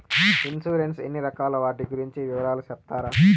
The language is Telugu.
ఇన్సూరెన్సు ఎన్ని రకాలు వాటి గురించి వివరాలు సెప్తారా?